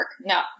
No